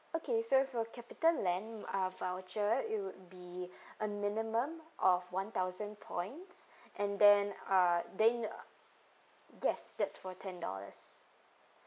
okay so for capital land uh voucher it would be a minimum of one thousand points and then uh they yes that's for ten dollars